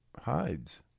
hides